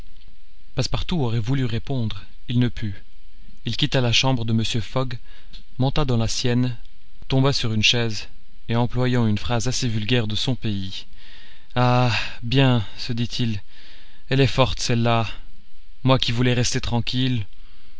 passepartout aurait voulu répondre il ne put il quitta la chambre de mr fogg monta dans la sienne tomba sur une chaise et employant une phrase assez vulgaire de son pays ah bien se dit-il elle est forte celle-là moi qui voulais rester tranquille